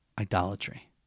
idolatry